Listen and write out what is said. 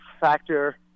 factor